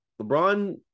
LeBron